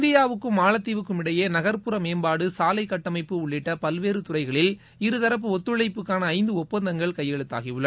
இந்தியாவுக்கும் மாலத்தீவுக்கும் இடையே நகர்ப்புற மேம்பாடு சாலை கட்டமைப்பு உள்ளிட்ட பல்வேறு துறைகளில் இருதரட்பு ஒத்துழைப்புக்கான ஐந்து ஒப்பந்தங்கள் கையெழுத்தாகின